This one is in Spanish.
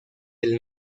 del